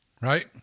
Right